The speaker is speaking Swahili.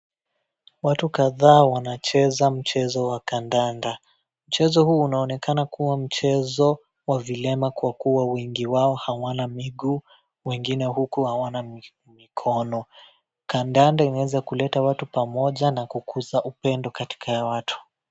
Watu kadhaa wanacheza mchezo wa kandanda. Mchezo huo unaonekana kuwa mchezo wa vilema kwa kuwa wengi wao hawana miguu, wengine huku hawana mikono. Kandanda imeweza kuleta watu pamoja na kukuza upendo katika ya watu.